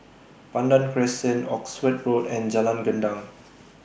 Pandan Crescent Oxford Road and Jalan Gendang